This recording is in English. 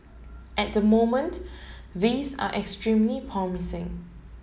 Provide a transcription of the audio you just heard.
at the moment these are extremely promising